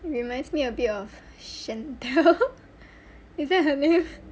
reminds me a bit of chantel is that her name